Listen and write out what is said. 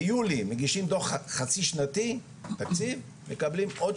ביולי, מגישים דו"ח חצי שנתי, ומקבלים עוד